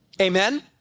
Amen